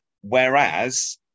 Whereas